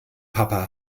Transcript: papa